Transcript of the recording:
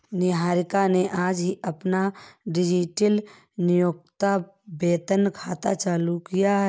निहारिका ने आज ही अपना डिजिटल नियोक्ता वेतन खाता चालू किया है